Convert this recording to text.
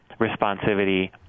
responsivity